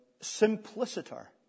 simpliciter